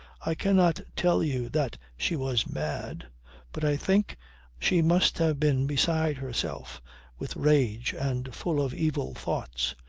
i cannot tell you that she was mad but i think she must have been beside herself with rage and full of evil thoughts.